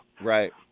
Right